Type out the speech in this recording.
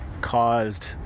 caused